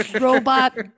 robot